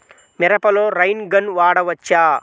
మిరపలో rain gun వాడవచ్చా?